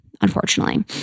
unfortunately